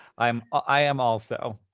i am i am also.